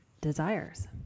desires